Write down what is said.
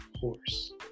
horse